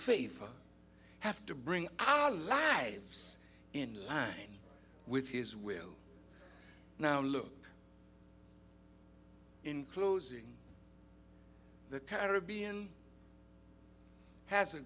faith have to bring our lives in with his will now look in closing the caribbean has a